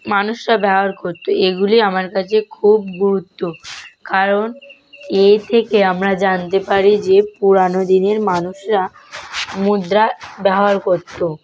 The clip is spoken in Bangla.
মানুষরা ব্যবহার করত এগুলি আমার কাছে খুব গুরুত্ব কারণ এর থেকে আমরা জানতে পারি যে পুরনো দিনের মানুষরা মুদ্রার ব্যবহার করত